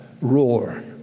roar